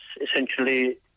essentially